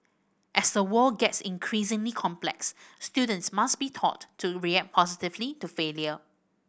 as the world gets increasingly complex students must be taught to react positively to failure